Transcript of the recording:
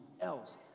else